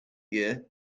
year